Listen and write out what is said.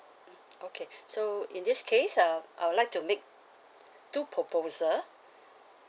mm okay so in this case uh I would like to make two proposal